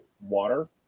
water